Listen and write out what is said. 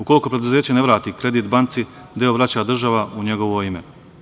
Ukoliko preduzeće ne vrati kredit banci, deo vraća država u njegovo ime.